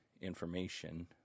information